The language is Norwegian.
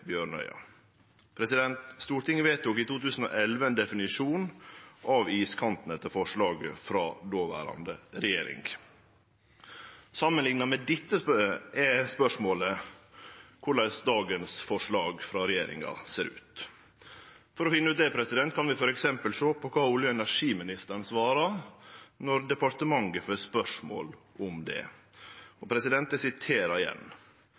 Stortinget vedtok i 2011 ein definisjon av iskanten etter forslag frå dåverande regjering. Samanlikna med dette er spørsmålet korleis dagens forslag frå regjeringa ser ut. For å finne ut det kan vi for eksempel sjå på kva olje- og energiministeren svarar når departementet får spørsmål om det: